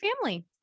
family